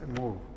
move